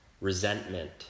Resentment